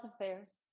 Affairs